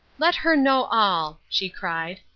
let her know all! she cried.